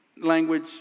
language